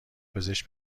پزشک